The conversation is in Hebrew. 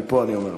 מפה אני אומר לך.